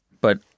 but-